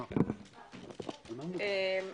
אני מתנצל שיצאתי.